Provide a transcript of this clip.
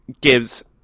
gives